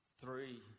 three